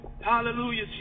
Hallelujah